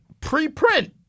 preprint